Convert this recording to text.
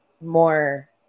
more